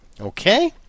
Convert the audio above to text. Okay